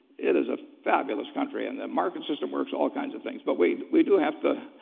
it is a fabulous country, and the market system works, all kinds of things, but we we do have to,